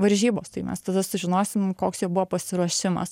varžybos tai mes tada sužinosim koks jo buvo pasiruošimas